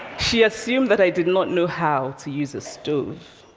she assumed that i did not know how to use a stove.